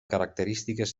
característiques